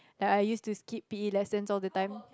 I I used to skip P_E lessons all the time